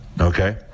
okay